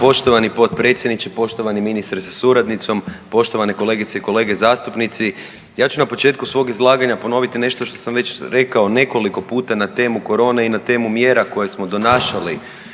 Poštovani potpredsjedniče, poštovani ministre sa suradnicom, poštovane kolegice i kolege zastupnici. Ja ću na početku svog izlaganja ponoviti nešto što sam već rekao nekoliko puta na temu korone i na temu mjera koje smo donašali